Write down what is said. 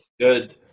Good